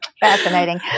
Fascinating